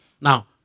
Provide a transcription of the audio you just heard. Now